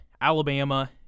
Alabama